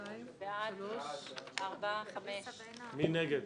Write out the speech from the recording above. הצבעה בעד הרביזיה על סעיף 80, 6 נגד,